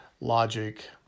logic